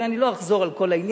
הרי אני לא אחזור על כל העניין,